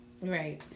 Right